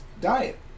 diet